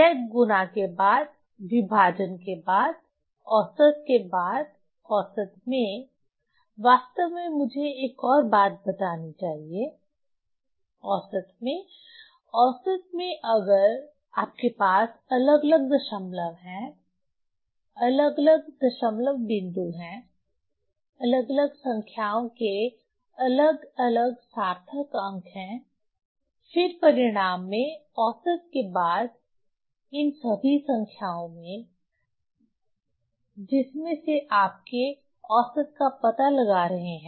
यह गुणा के बाद विभाजन के बाद औसत के बादऔसत में वास्तव में मुझे एक और बात बतानी चाहिए औसत में औसत में अगर आपके पास अलग अलग दशमलव हैं अलग अलग दशमलव बिंदु हैं अलग अलग संख्याओं के अलग अलग सार्थक अंक हैं फिर परिणाम में औसत के बाद इन सभी संख्याओं में जिसमें से आपके औसत का पता लगा रहे हैं